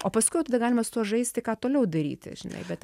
o paskui jau tada galima su tuo žaisti ką toliau daryti žinai bet